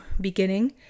beginning